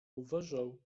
uważał